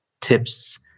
tips